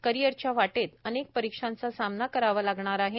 करियरच्या वाटेत अनेक परीक्षांचा सामना करावा लागणार आहे